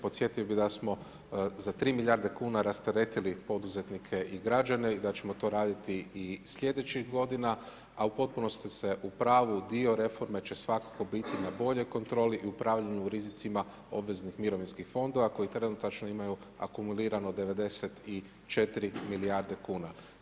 Podsjetio bih da smo za 3 milijarde kuna rasteretili poduzetnike i građane i da ćemo to raditi i slijedećih godina a u potpunosti ste u pravu, u dio reforme će svakako biti na boljoj kontroli i upravljaju rizicima obveznih mirovinskih fondova koji trenutačno imaju akumulirano 94 milijarde kuna.